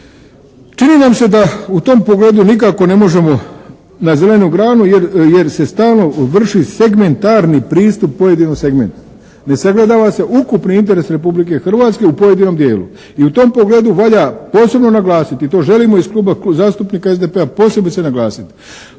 Čini nam se da u tom pogledu nikako ne možemo na zelenu granu jer se stalno vrši segmentarni pristup pojedinom segmentu, ne sagledava se ukupni interes Republike Hrvatske u pojedinom dijelu i u tom pogledu valja posebno naglasiti i to želimo iz Kluba zastupnika SDP-a posebice naglasiti